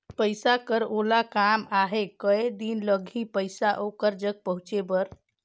पइसा कर ओला काम आहे कये दिन लगही पइसा ओकर जग पहुंचे बर?